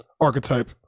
archetype